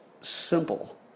simple